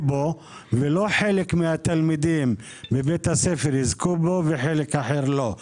בו ולא חלק מהתלמידים בבית הספר יזכו בו וחלק אחר לא.